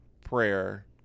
prayer